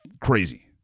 crazy